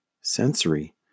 sensory